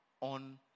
on